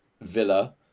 Villa